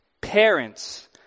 parents